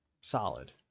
solid